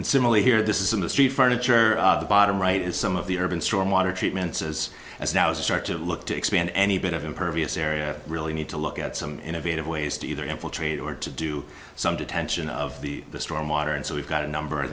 and simile here this isn't the street furniture the bottom right is some of the urban storm water treatments as as now start to look to expand any bit of impervious area really need to look at some innovative ways to either infiltrate or to do some detention of the stormwater and so we've got a number